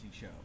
show